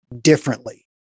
differently